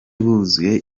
buzuye